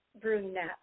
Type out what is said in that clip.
brunette